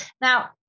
now